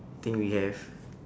thing we have